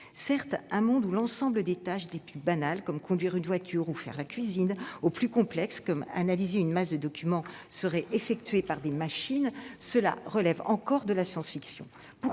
Certes, un monde où l'ensemble des tâches, des plus banales, comme conduire une voiture ou faire la cuisine, aux plus complexes, comme analyser une masse de documents, seraient effectuées par des machines, cela relève encore de la science-fiction.